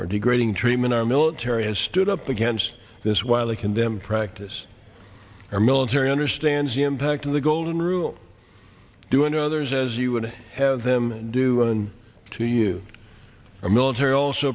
or degrading treatment our military has stood up against this while they condemned practice our military understands the impact of the golden rule do unto others as you would have them do and to you our military also